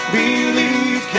believe